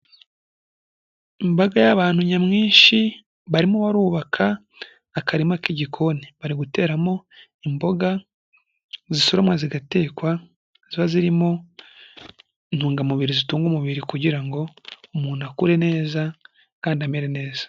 Imbaga y'abantu nyamwinshi barimo barubaka akarima k'igikoni. Bari guteramo imboga zisoroma zigatekwa, ziba zirimo intungamubiri zitunga umubiri kugira ngo umuntu akure neza kandi amere neza.